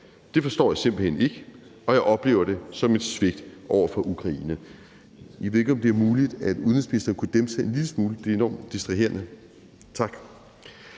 Det forstår jeg simpelt hen ikke, og jeg oplever det som et svigt over for Ukraine. Jeg ved ikke, om det er muligt, at udenrigsministeren kunne dæmpe sig en lille smule, for det er enormt distraherende. Tak.